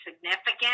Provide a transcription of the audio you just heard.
significant